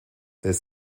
this